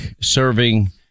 serving